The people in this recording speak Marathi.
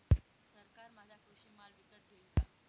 सरकार माझा कृषी माल विकत घेईल का?